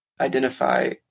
identify